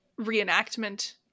reenactment